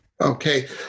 Okay